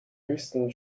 höchsten